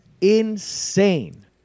insane